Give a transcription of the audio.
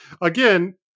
again